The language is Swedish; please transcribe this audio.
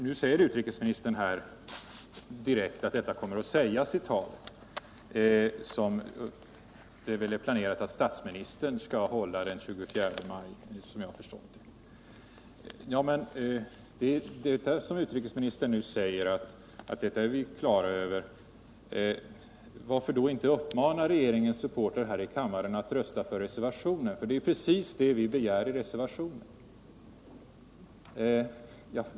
Nu säger utrikesministern att detta kommer att sägas I det tal som det väl är planerat att statsministern skall hålla den 24 maj. Men varför då inte uppmana regeringens supportrar här i kammaren att rösta för reservationen?